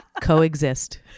Coexist